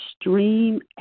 extreme